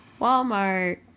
Walmart